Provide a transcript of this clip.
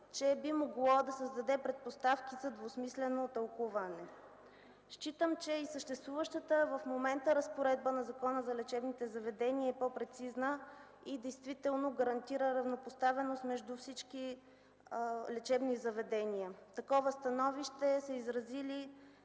че би могла да създаде предпоставки за двусмислено тълкуване. Считам, че и съществуващата в момента разпоредба на Закона за лечебните заведения е по-прецизна и действително гарантира равнопоставеност между всички лечебни заведения. Такова становище са изразили